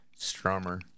strummer